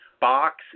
box